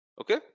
Okay